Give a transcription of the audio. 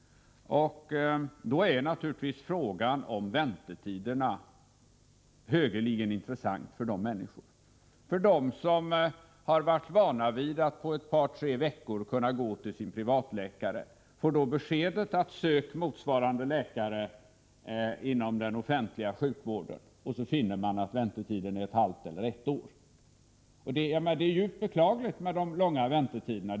Då är naturligtvis frågan om väntetiderna högeligen intressant för de människor som varit vana vid att efter ett par tre veckors väntan kunna få gå till sin privatläkare. Dessa människor får nu beskedet att de skall söka motsvarande läkare inom den offentliga sjukvården. De finner då att väntetiden är ett halvt eller ett år. Det är beklagligt med de långa väntetiderna.